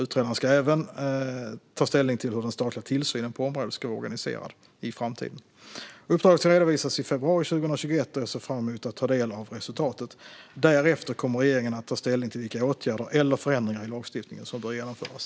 Utredaren ska även ta ställning till hur den statliga tillsynen på området ska vara organiserad i framtiden. Uppdraget ska redovisas i februari 2021, och jag ser fram emot att ta del av resultatet. Därefter kommer regeringen att ta ställning till vilka åtgärder eller förändringar i lagstiftningen som bör genomföras.